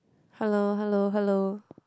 hello hello hello